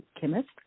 chemist